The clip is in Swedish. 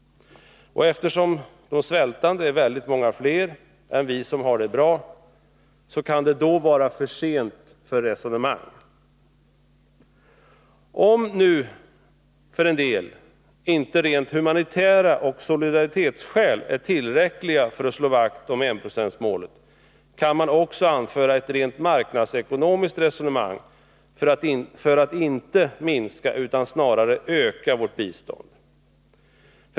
Eftersom de svältande är väldigt många fler än vi som har det bra, kan det då vara för sent för resonemang. Om nu inte rent humanitära skäl och solidaritetsskäl är tillräckliga för att slå vakt om enprocentsmålet kan man också anföra ett rent marknadsekonomiskt resonemang för att inte minska utan snarare öka vårt bistånd.